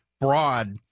broad